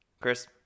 Chris